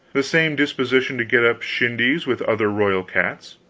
the same disposition to get up shindies with other royal cats,